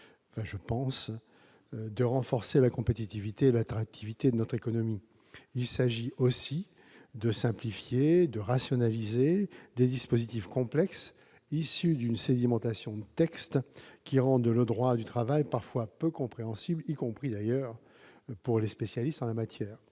objectif d'accroître la compétitivité et l'attractivité de notre économie. Il vise aussi à simplifier, à rationaliser des dispositifs complexes issus d'une sédimentation de textes rendant le droit du travail parfois peu compréhensible, y compris d'ailleurs pour les spécialistes en la matière.